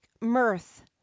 mirth